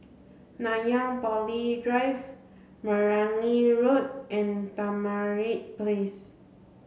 Nanyang Poly Drive Meragi Road and Tamarind Place